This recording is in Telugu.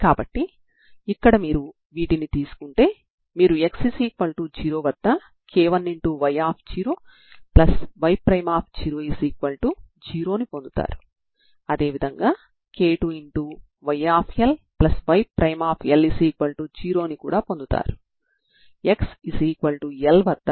కాబట్టి మనం నాన్ హోమోజీనియస్ తరంగ సమీకరణం utt c2uxxhxt ని పూర్తి డొమైన్లో తీసుకుందాం ఇక్కడ hxt బాహ్య శక్తి అవుతుంది మరియు x∈R t0